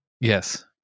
Yes